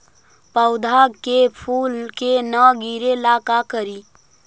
पौधा के फुल के न गिरे ला का करि?